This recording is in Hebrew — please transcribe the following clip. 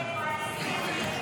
הסתייגות 35 לא נתקבלה.